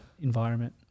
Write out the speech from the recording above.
environment